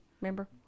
Remember